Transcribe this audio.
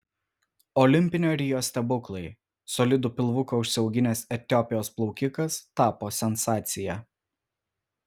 olimpinio rio stebuklai solidų pilvuką užsiauginęs etiopijos plaukikas tapo sensacija